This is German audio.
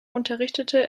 unterrichtete